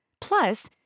Plus